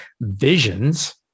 visions